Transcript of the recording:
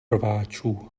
rváčů